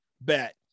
bet